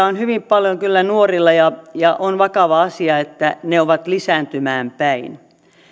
on hyvin paljon kyllä nuorilla ja ja on vakava asia että ne ovat lisääntymään päin